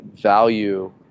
value